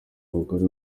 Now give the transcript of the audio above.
abagore